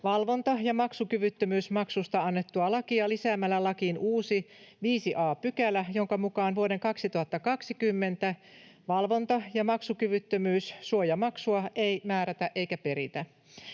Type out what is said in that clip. valvonta- ja maksukyvyttömyysmaksusta annettua lakia lisäämällä lakiin uusi 5 a §, jonka mukaan vuoden 2020 valvonta- ja maksukyvyttömyyssuojamaksua ei määrätä eikä peritä.